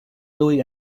louis